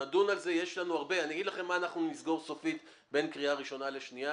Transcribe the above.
אני אגיד לכם מה נסגור סופית בין קריאה ראשונה לשנייה